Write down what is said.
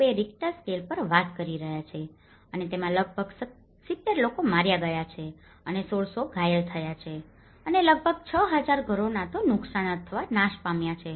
2 Richter scale પર વાત કરી રહ્યા છીએ અને તેમાં લગભગ 70 લોકો માર્યા ગયા છે અને 1600 ઘાયલ થયા છે અને લગભગ 6000 ઘરો ના તો નુકસાન અથવા નાશ પામ્યા છે